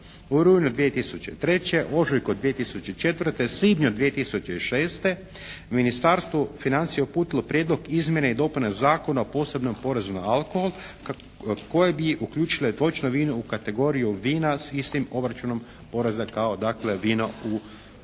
u rujnu 2003., ožujku 2004., svibnju 2006. Ministarstvu financija uputilo Prijedlog izmjene i dopune Zakona o posebnom porezu na alkohol koje bi uključile voćno vino u kategoriju vina s istim obračunom poreza kao dakle vino